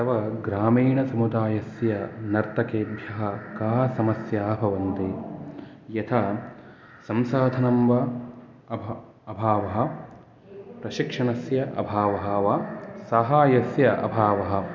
तव ग्रामीणसमुदायस्य नर्तकेभ्यः काः समस्याः भवन्ति यथा संसाधनं वा अभावः प्रशिक्षणस्य अभावः वा साहाय्यस्य अभावः